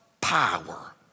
power